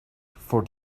for